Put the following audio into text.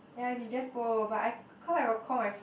ya you can just go but I cause I got call my friend